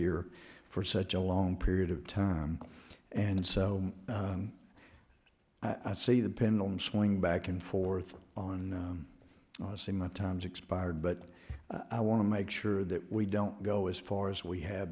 here for such a long period of time and so i see the pendulum swing back and forth on say my time's expired but i want to make sure that we don't go as far as we had